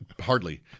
Hardly